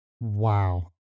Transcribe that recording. Wow